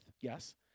Yes